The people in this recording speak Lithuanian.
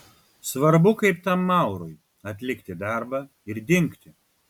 svarbu kaip tam maurui atlikti darbą ir dingti